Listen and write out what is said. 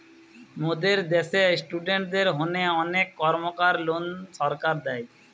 মোদের দ্যাশে ইস্টুডেন্টদের হোনে অনেক কর্মকার লোন সরকার দেয়